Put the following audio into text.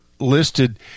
listed